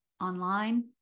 Online